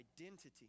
identity